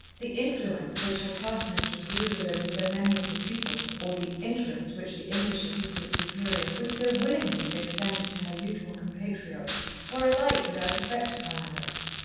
the influence which her class-mistress wielded over so many of the pupils, or the interest which the english assistant superior would so willingly have extended to her youthful compatriot were alike without effect upon alex.